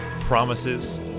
promises